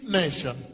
nation